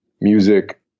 music